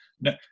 no